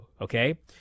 okay